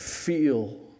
Feel